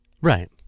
right